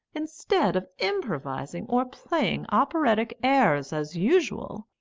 instead of improvising or playing operatic airs as usual,